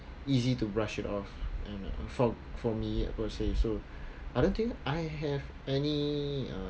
easy to brush it off and for for me per se so I don't think I have any